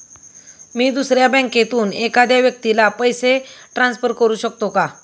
मी दुसऱ्या बँकेतून एखाद्या व्यक्ती ला पैसे ट्रान्सफर करु शकतो का?